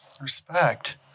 Respect